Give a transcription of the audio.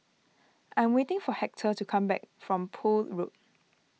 I am waiting for Hector to come back from Poole Road